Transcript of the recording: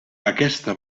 aquesta